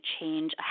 change